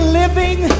living